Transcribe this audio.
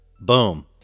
Boom